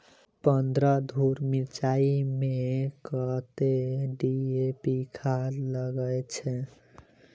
पन्द्रह धूर मिर्चाई मे कत्ते डी.ए.पी खाद लगय छै?